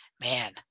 man